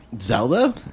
zelda